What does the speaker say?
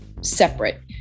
separate